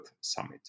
Summit